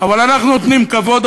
אבל אנחנו נותנים כבוד,